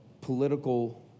political